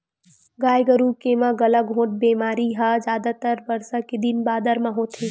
गाय गरु के म गलाघोंट बेमारी ह जादातर बरसा के दिन बादर म होथे